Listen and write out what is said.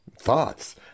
Thoughts